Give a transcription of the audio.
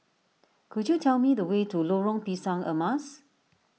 could you tell me the way to Lorong Pisang Emas